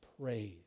praise